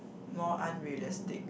more unrealistic